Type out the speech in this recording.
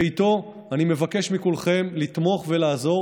ואיתו אני מבקש מכולכם לתמוך ולעזור